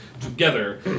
together